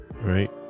Right